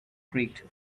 creaked